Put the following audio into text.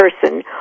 person